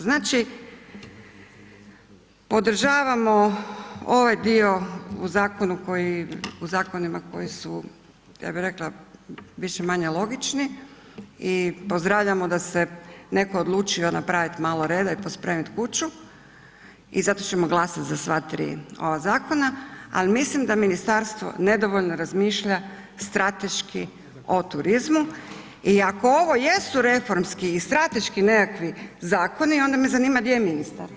Znači podržavamo ovaj dio u zakonu koji, u zakonima koji su, ja bih rekla, više-manje logični i pozdravljamo da se netko odlučio napraviti malo reda i pospremiti kuću i zato ćemo glasati za sva tri ova zakona al mislim da ministarstvo nedovoljno razmišlja strateški o turizmu i ako ovo jesu reformski i strateški nekakvi zakoni, onda me zanima gdje je ministar?